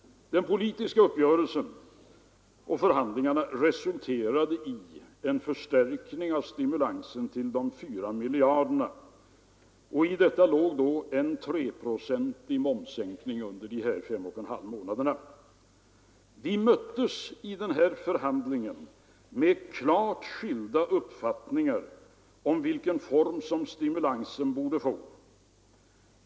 Den politiska uppgörelsen och förhandlingarna resulterade i en förstärkning av stimulansen till 4 miljarder. I detta låg då en treprocentig momssänkning under fem och en halv månader. Vi möttes i den förhandlingen med klart skilda uppfattningar om vilken form stimulansen borde få.